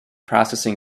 processing